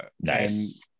Nice